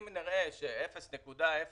אם נראה ש-0.0001